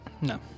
No